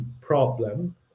problem